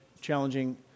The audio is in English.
challenging